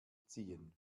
ziehen